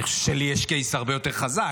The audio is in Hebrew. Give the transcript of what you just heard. אני חושב שלי יש קייס הרבה יותר חזק,